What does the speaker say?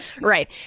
right